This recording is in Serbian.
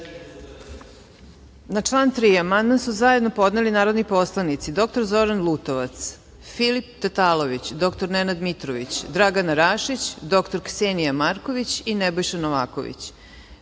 Na član 3. amandman su zajedno podneli narodni poslanici dr Zoran Lutovac, Filip Tatalović, dr Nenad Mitrović, Dragana Rašić, dr Ksenija Marković i Nebojša Novaković. Primili